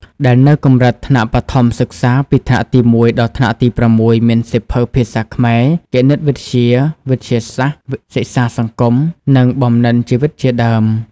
ដែលនៅកំរិតថ្នាក់បឋមសិក្សា ពីថ្នាក់ទី១ ដល់ថ្នាក់ទី៦ មានសៀវភៅភាសាខ្មែរ គណិតវិទ្យា វិទ្យាសាស្ត្រ សិក្សាសង្គម និងបំណិនជីវិតជាដើម។